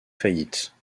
faillite